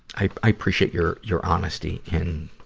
i, i appreciate your, your honesty in,